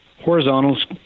horizontal's